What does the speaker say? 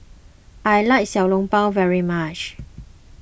I like Xiao Long Bao very much